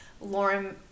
Lauren